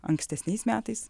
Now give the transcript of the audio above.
ankstesniais metais